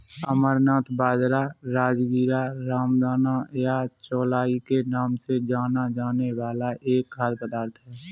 अमरनाथ बाजरा, राजगीरा, रामदाना या चौलाई के नाम से जाना जाने वाला एक खाद्य पदार्थ है